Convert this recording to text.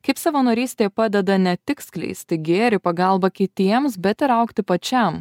kaip savanorystė padeda ne tik skleisti gėrį pagalbą kitiems bet ir augti pačiam